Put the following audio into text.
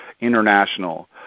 international